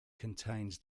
contains